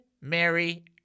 Mary